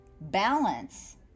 balance